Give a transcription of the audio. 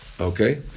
Okay